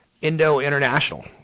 Indo-International